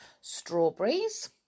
strawberries